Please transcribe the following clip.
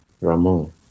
Ramon